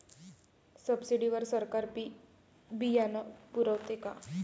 Subsidy वर सरकार बी बियानं पुरवते का?